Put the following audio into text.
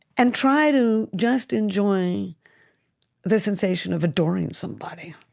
and try to just enjoy the sensation of adoring somebody